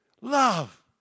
Love